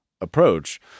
approach